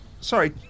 Sorry